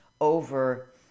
over